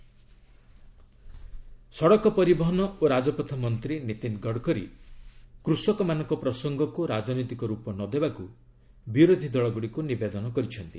Gadkari farmers ସଡ଼କ ପରିବହନ ଓ ରାଜପଥ ମନ୍ତ୍ରୀ ନୀତିନ ଗଡକରୀ କୃଷକମାନଙ୍କ ପ୍ରସଙ୍ଗକୁ ରାଜନୈତିକ ରୂପ ନଦେବାକୁ ବିରୋଧୀଦଳ ଗୁଡ଼ିକୁ ନିବେଦନ କରିଛନ୍ତି